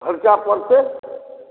खर्चा पड़तै